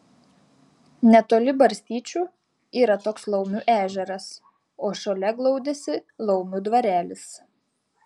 netoli barstyčių yra toks laumių ežeras o šalia glaudėsi laumių dvarelis